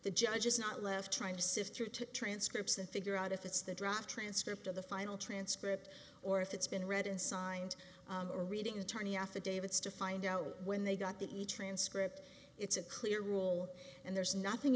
the judge is not left trying to sift through to transcripts and figure out if it's the draft transcript of the final transcript or if it's been read and signed or reading attorney affidavits to find out when they got the transcript it's a clear rule and there's nothing